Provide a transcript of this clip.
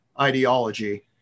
ideology